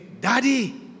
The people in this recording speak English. Daddy